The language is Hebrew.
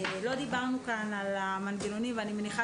לא דיברנו כאן על המנגנונים ואני מניחה